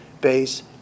base